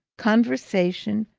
conversation,